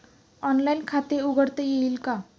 Online खाते उघडता येईल का?